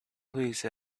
please